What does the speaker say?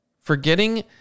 forgetting